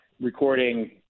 recording